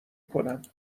کنم